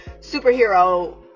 superhero